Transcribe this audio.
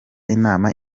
inama